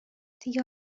دیگه